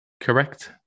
Correct